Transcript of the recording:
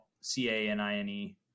C-A-N-I-N-E